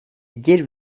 bir